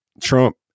Trump